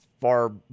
far